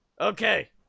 Okay